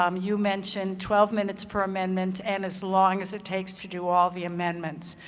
um you mentioned twelve minutes per amendment and as long as it takes to do all the amendments.